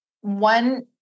One